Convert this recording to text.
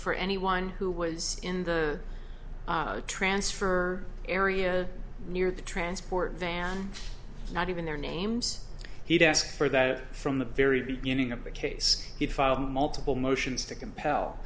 for anyone who was in the transfer area near the transport van not even their names he'd asked for that from the very beginning of the case he'd filed multiple motions to compel